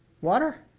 water